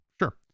sure